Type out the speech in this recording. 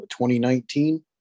2019